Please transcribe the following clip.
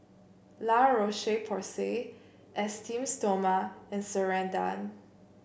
La Roche Porsay Esteem Stoma and Ceradan